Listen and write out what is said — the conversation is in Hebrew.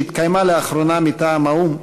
שהתקיימה לאחרונה מטעם האו"ם,